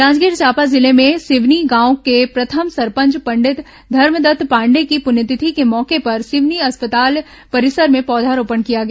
जांजगीर चांपा जिले में सिवनी गांव के प्रथम सरपंच पंडित धर्मदत्त पांडेय की पुण्यतिथि के मौके पर सिवनी अस्पताल परिसर में पौधारोपण किया गया